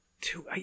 two